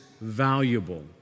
valuable